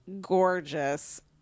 gorgeous